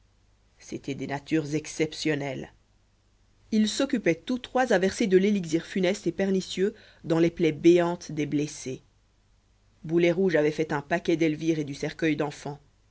c'étaient des natures exceptionnelles ils s'occupaient tous trois à verser de l'élixir funeste et pernicieux dans les plaies béantes des blessés boulet rouge avait fait un paquet d'elvire et du cercueil d'enfant